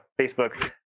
Facebook